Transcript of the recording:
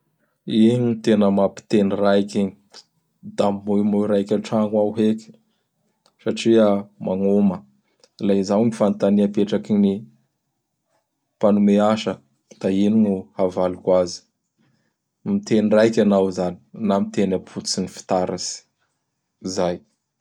Igny ny tena mampiteny raiky igny. Da mimoimoy raiky antragno ao heky satria magnoma. Laha izao gny fagnotania apetraky gny mpanome asa, da ino gn' avaliko azy. Miteny raiky hanao zany na miteny apototsy ny fitaratsy. Zay!